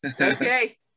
Okay